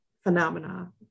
phenomena